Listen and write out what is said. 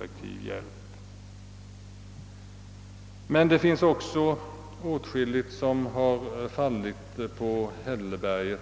Det finns emellertid också åtskilligt som har fallit på hälleberget